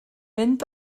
mynd